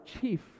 chief